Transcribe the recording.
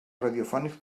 radiofònics